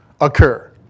occur